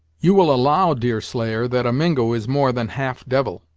you will allow, deerslayer, that a mingo is more than half devil,